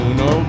no